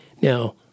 Now